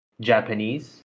Japanese